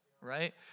right